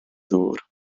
ddŵr